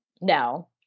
no